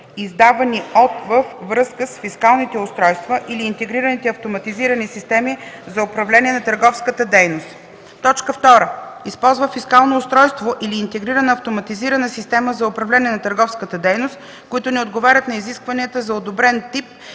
издавани от/във връзка с фискалните устройства или интегрираните автоматизирани системи за управление на търговската дейност; 2. използва фискално устройство или интегрирана автоматизирана система за управление на търговската дейност, които не отговарят на изискванията за одобрен тип